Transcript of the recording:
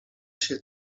się